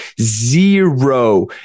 zero